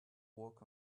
walk